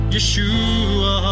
Yeshua